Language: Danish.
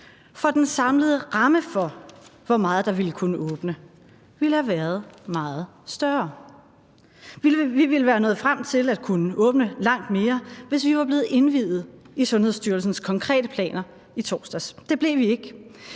for den samlede ramme for, hvor meget der ville kunne åbne, ville have været meget større. Vi ville være nået frem til at kunne åbne langt mere, hvis vi var blevet indviet i Sundhedsstyrelsens konkrete planer i torsdags. Det blev vi ikke;